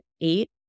eight